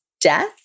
death